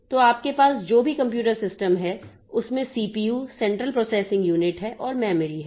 तो आपके पास जो भी कंप्यूटर सिस्टम है उसमें सीपीयू सेंट्रल प्रोसेसिंग यूनिट है और मेमोरी है